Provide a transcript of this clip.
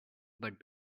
but